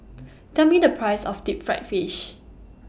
Tell Me The Price of Deep Fried Fish